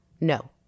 No